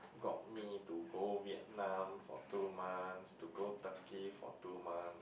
got me to go Vietnam for two months to go Turkey for two months